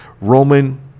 Roman